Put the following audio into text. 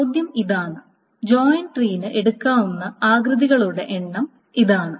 ചോദ്യം ഇതാണ് ജോയിൻ ട്രീന് എടുക്കാവുന്ന ആകൃതികളുടെ എണ്ണം ഇതാണ്